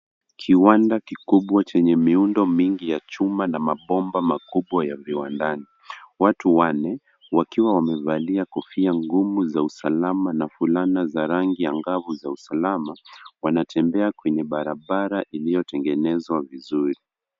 Kiwanda kikubwa chenye miundo mingi ya chuma na mabomba makubwa ya viwandani . Watu wanne wakiwa wamevalia kofia ngumu za usalama na fulana za rangi angavu za usalama, wanatembea kwenye barabara iliyotengenezwa vizuri.